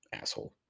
Asshole